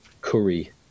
curry